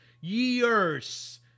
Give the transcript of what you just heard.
Years